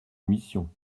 mission